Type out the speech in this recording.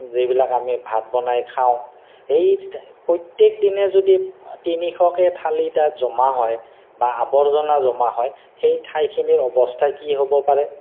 যিবিলাক আমি ভাত বনাই খাওঁ এই প্ৰত্যেক দিনে যদি তিনিশকৈ থালি তাত জমা হয় বা আৱৰ্জনা জমা হয় সেই ঠাইখিনিৰ অৱস্থা কি হ'ব পাৰে